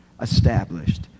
established